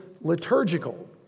liturgical